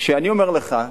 שאני אומר לך,